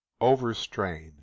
Overstrain